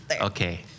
Okay